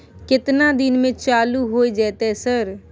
केतना दिन में चालू होय जेतै सर?